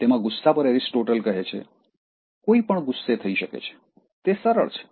તેમાં ગુસ્સા પર એરિસ્ટોટલ કહે છે "કોઈપણ ગુસ્સે થઈ શકે છે તે સરળ છે